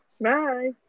Bye